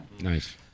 Nice